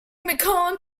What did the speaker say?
mccollum